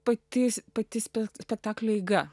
pati pati spektaklio eiga